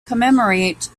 commemorate